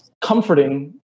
comforting